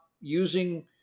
using